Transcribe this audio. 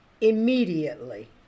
immediately